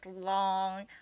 long